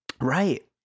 Right